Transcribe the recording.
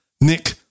Nick